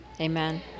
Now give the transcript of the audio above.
Amen